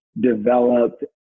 developed